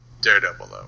Daredevil